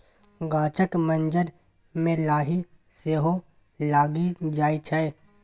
गाछक मज्जर मे लाही सेहो लागि जाइ छै